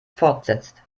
fortsetzt